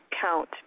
count